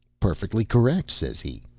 perfectly correct, says he.